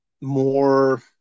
more